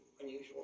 unusual